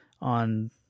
on